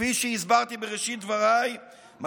כפי שהסברתי בראשית דבריי,